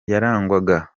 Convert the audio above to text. yarangwaga